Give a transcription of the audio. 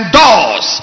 doors